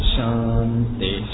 Shanti